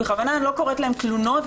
אני בכוונה לא קוראת להם תלונות,